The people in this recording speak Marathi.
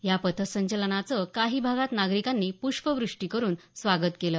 या पथ संचलनाचं काही भागात नागरीकांनी प्ष्पवृष्टी करून स्वागत केलं